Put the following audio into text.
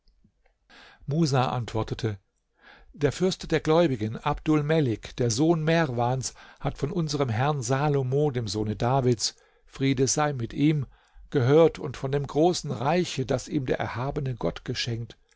musa antwortete der fürst der gläubigen abdul melik der sohn merwans hat von unserem herrn salomo dem sohne davids friede sei mit ihm gehört und von dem großen reiche das ihm der erhabene gott geschenkt